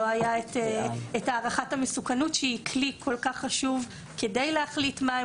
לא הייתה הערכת המסוכנות שהיא כלי כל כך חשוב כדי להחליט מהם